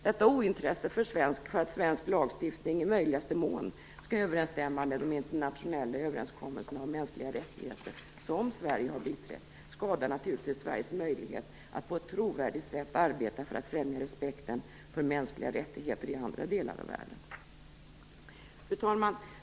Detta ointresse för att svensk lagstiftning i möjligaste mån skall överensstämma med de internationella överenskommelser om mänskliga rättigheter som Sverige biträtt skadar naturligtvis Sveriges möjligheter att på ett trovärdigt sätt arbeta för att främja respekten för mänskliga rättigheter i andra delar av världen. Fru talman!